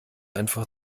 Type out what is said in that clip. einfach